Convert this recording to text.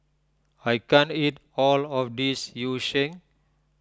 I can't eat all of this Yu Sheng